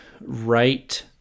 right